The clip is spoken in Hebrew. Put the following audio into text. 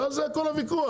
על זה כל הוויכוח,